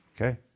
Okay